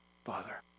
father